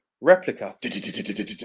replica